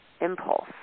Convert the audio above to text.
impulse